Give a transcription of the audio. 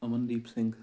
Amandeep Singh